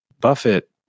Buffett